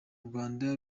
rwanda